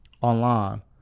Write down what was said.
online